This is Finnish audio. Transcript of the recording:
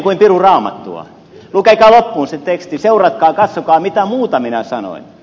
lukekaa loppuun se teksti seuratkaa katsokaa mitä muuta minä sanoin